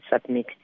submit